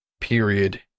Period